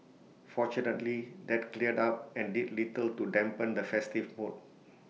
fortunately that cleared up and did little to dampen the festive mood